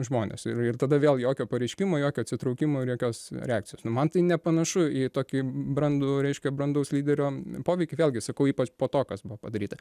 žmonės ir ir tada vėl jokio pareiškimo jokio atsitraukimo ir jokios reakcijos nu man tai nepanašu į tokį brandų reiškia brandaus lyderio poveikį vėlgi sakau ypač po to kas buvo padaryta